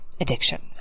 addiction